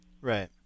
Right